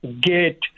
get